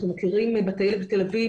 אנחנו מכירים בטיילת בתל אביב,